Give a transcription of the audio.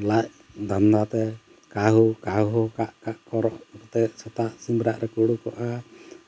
ᱞᱟᱡ ᱫᱷᱟᱱᱫᱟᱛᱮ ᱠᱟᱹᱦᱩ ᱠᱟᱹᱦᱩ ᱠᱟᱜ ᱠᱟᱜ ᱠᱚ ᱨᱟᱜ ᱠᱟᱛᱮᱫ ᱥᱮᱛᱟᱜ ᱥᱤᱢᱨᱟᱜ ᱨᱮ ᱩᱰᱩᱠᱚᱜᱼᱟ